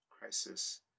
crisis